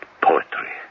poetry